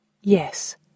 Yes